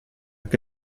che